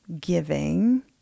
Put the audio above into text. giving